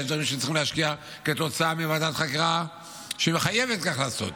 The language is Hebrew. יש דברים שצריכים להשקיע כתוצאה מוועדת החקירה שמחייבת כך לעשות,